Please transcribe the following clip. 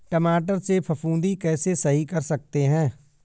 टमाटर से फफूंदी कैसे सही कर सकते हैं?